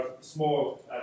small